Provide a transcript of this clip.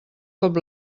cop